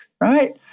Right